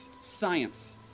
Science